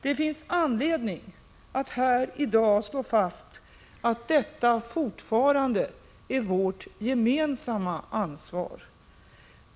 Det finns anledning att här i dag slå fast att detta fortfarande är vårt gemensamma ansvar.